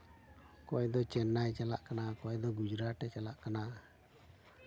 ᱚᱠᱚᱭ ᱫᱚ ᱪᱮᱱᱱᱟᱭ ᱪᱟᱞᱟᱜ ᱠᱟᱱᱟ ᱚᱠᱚᱭ ᱫᱚ ᱜᱩᱡᱽᱨᱟᱴᱮ ᱪᱟᱞᱟᱜ ᱠᱟᱱᱟ